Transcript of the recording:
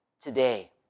today